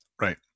Right